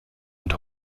mit